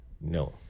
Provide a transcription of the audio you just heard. no